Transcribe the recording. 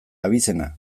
abizena